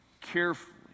carefully